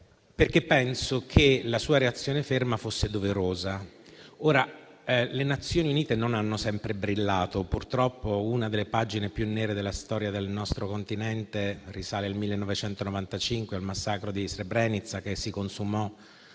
Penso, infatti, che la sua reazione ferma fosse doverosa. Le Nazioni Unite non hanno sempre brillato. Purtroppo, una delle pagine più nere della storia del nostro Continente risale al 1995, al massacro di Srebrenica, che si consumò